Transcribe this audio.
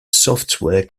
software